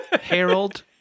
Harold